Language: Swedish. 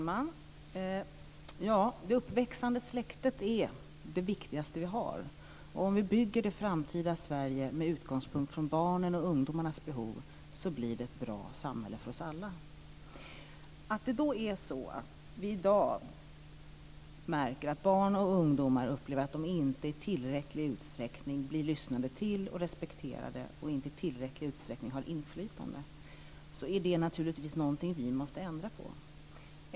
Fru talman! Det uppväxande släktet är det viktigaste som vi har. Om vi bygger det framtida Sverige med utgångspunkt i barnens och ungdomarnas behov, blir det ett bra samhälle för oss alla. Om vi i dag märker att barn och ungdomar upplever att man inte i tillräcklig utsträckning lyssnar till dem och respekterar dem och att de känner sig inte ha tillräckligt inflytande, är det naturligtvis någonting som vi måste ändra på.